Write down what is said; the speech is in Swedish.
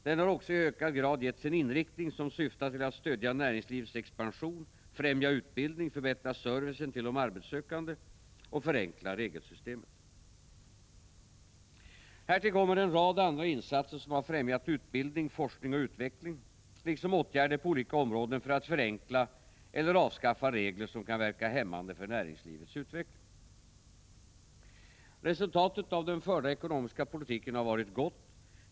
Den har också i ökad grad getts en inriktning som syftar till att stödja näringslivets expansion, främja utbildning, förbättra servicen till de arbetssökande och förenkla regelsystemet. Härtill kommer en rad andra insatser som har främjat utbildning, forskning och utveckling liksom åtgärder på olika områden för att förenkla eller avskaffa regler som kan verka hämmande för näringslivets utveckling. Resultatet av den förda ekonomiska politiken har varit gott.